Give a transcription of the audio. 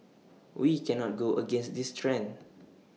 we cannot go against this trend